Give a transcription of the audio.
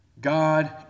God